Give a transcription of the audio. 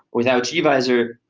without gvisor,